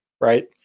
right